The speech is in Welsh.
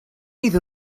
iddyn